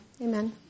amen